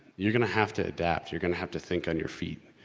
you're gonna have to adapt. you're gonna have to think on your feet.